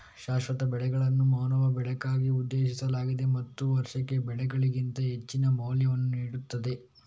ಶಾಶ್ವತ ಬೆಳೆಗಳನ್ನು ಮಾನವ ಬಳಕೆಗಾಗಿ ಉದ್ದೇಶಿಸಲಾಗಿದೆ ಮತ್ತು ವಾರ್ಷಿಕ ಬೆಳೆಗಳಿಗಿಂತ ಹೆಚ್ಚಿನ ಮೌಲ್ಯವನ್ನು ನೀಡುತ್ತದೆ